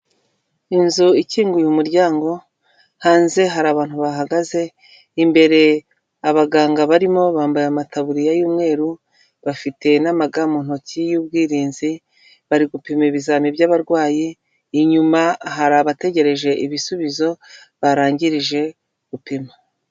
Inzu ikinguye umuryango, hanze hari abantu bahagaze, imbere abaganga barimo bambaye amatabuririya y'umweru bafite n'amaga mu ntoki y'ubwirinzi, bari gupima ibizame by'abarwayi, inyuma hari abategereje ibisubizo, barangirije gupima.